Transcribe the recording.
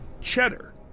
Cheddar